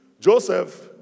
Joseph